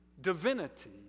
divinity